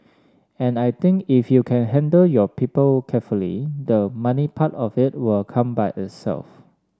and I think if you can handle your people carefully the money part of it will come by itself